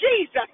Jesus